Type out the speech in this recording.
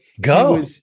Go